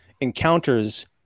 encounters